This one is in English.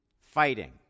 fighting